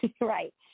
right